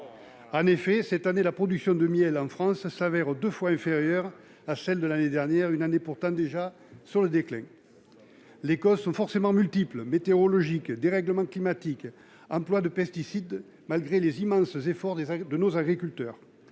vouer. Cette année, la production de miel en France s'avère deux fois inférieure à celle de l'année dernière- la production se trouvait pourtant déjà en déclin. Les causes sont forcément multiples : météorologie, dérèglement climatique, emploi de pesticides. En dépit des immenses efforts de nos agriculteurs,